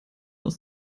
aus